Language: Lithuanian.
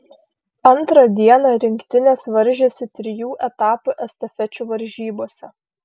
antrą dieną rinktinės varžėsi trijų etapų estafečių varžybose